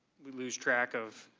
we lose track of